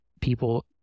people